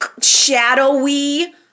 shadowy